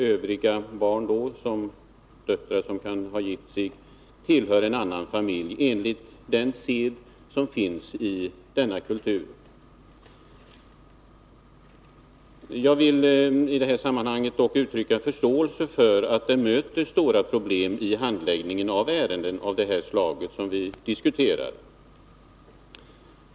Övriga barn, t.ex. döttrar som har gift sig, tillhör en annan familj enligt sederna i deras kultur. Jag vill dock i detta sammanhang uttrycka förståelse för de stora problem man möter vid handläggningen av ärenden av det slag som vi nu diskuterar.